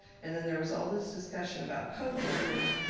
and then there was all this discussion about cohort. and